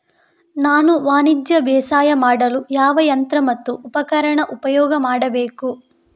ನಾನು ವಾಣಿಜ್ಯ ಬೇಸಾಯ ಮಾಡಲು ಯಾವ ಯಂತ್ರ ಮತ್ತು ಉಪಕರಣ ಉಪಯೋಗ ಮಾಡಬೇಕು?